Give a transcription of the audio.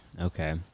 Okay